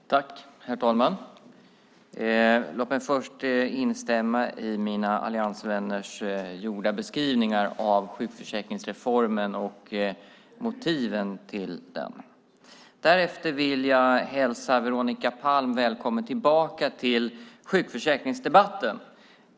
Herr talman! Låt mig först instämma i mina alliansvänners gjorda beskrivningar av sjukförsäkringsreformen och motiven till den. Därefter vill jag hälsa Veronica Palm välkommen tillbaka till sjukförsäkringsdebatten.